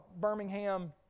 Birmingham